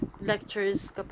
lectures